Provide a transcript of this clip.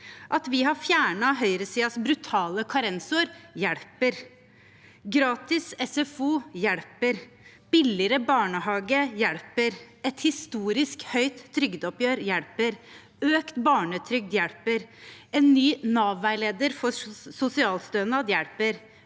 At vi har fjernet høyresidens brutale karensår, hjelper, gratis SFO hjelper, billigere barnehage hjelper, et historisk høyt trygdeoppgjør hjelper, økt barnetrygd hjelper, en ny Nav-veileder for sosialstønad hjelper,